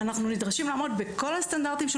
אנחנו נדרשים לעמוד בכל הסטנדרטים של